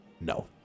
no